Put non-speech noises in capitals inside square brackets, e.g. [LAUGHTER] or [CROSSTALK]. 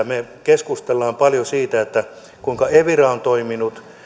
[UNINTELLIGIBLE] me keskustelemme paljon siitä kuinka evira on toiminut